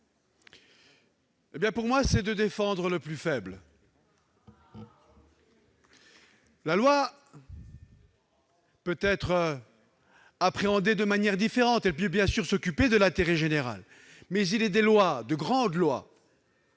Pour moi, c'est de défendre le plus faible. La loi peut être appréhendée de manières différentes : elle doit bien sûr servir l'intérêt général, mais il est des lois,